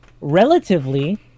Relatively